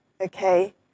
okay